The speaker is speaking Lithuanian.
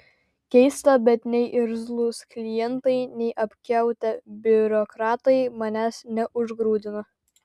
keista bet nei irzlūs klientai nei apkiautę biurokratai manęs neužgrūdino